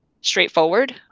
straightforward